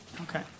Okay